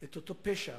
את אותו פשע,